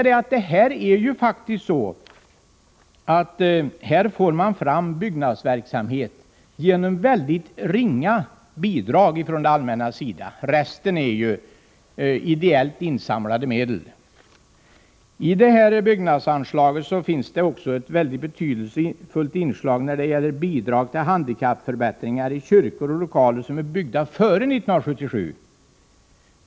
Det är ju faktiskt så, att man på det här sättet skapar byggnadsverksamhet med hjälp av mycket ringa bidrag från det allmännas sida. Resten är ideellt insamlade medel. I fråga om det här byggnadsanslaget finns det också ett mycket betydelsefullt inslag när det gäller bidrag till handikappförbättringar i kyrkor och lokaler som är byggda före 1977.